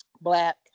black